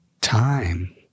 time